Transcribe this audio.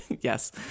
Yes